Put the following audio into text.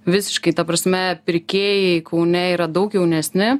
visiškai ta prasme pirkėjai kaune yra daug jaunesni